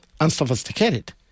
unsophisticated